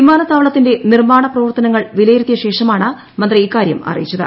വിമാനത്താവളത്തിന്റെ നിർമാണ പ്രവർത്തനങ്ങൾ വിലയിരുത്തിയ ശേഷമാണ് മന്ത്രി ഇക്കാര്യം അറിയിച്ചത്